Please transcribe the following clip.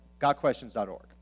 gotquestions.org